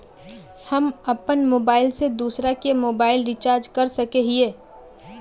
हम अपन मोबाईल से दूसरा के मोबाईल रिचार्ज कर सके हिये?